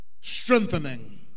strengthening